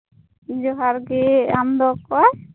ᱡᱚᱸᱦᱟᱨ ᱜᱮ ᱟᱢ ᱫᱚ ᱚᱠᱚᱭ